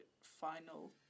final